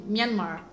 Myanmar